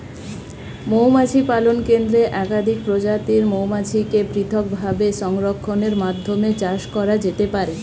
মৌমাছি পালন কেন্দ্রে একাধিক প্রজাতির মৌমাছিকে পৃথকভাবে সংরক্ষণের মাধ্যমে চাষ করা যেতে পারে